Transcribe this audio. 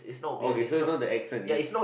okay so it's not the accent is